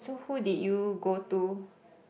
so who did you go to